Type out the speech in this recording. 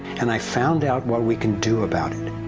and i found out what we can do about it.